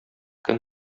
көн